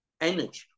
energy